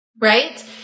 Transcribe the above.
right